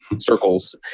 circles